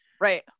Right